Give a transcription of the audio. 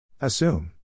Assume